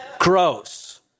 gross